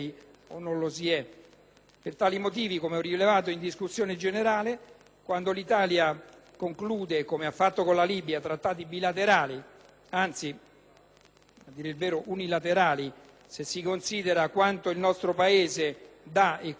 Per tali motivi, come ho rilevato in discussione generale, quando l'Italia conclude, come ha fatto con la Libia, trattati bilaterali (anzi unilaterali se si considera quanto il nostro Paese dà e quanto riceve dalla Libia)